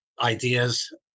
ideas